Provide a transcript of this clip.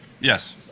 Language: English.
yes